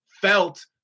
felt